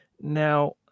Now